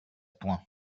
point